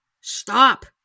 Stop